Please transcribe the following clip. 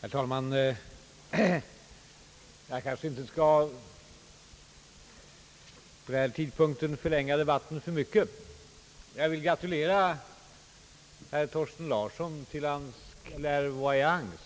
Herr talman! Vid denna tidpunkt kanske jag inte skall förlänga debatten för mycket. Jag vill dock gratulera herr Thorsten Larsson till hans klärvoajans.